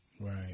Right